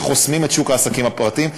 שחוסמים את שוק העסקים הפרטי.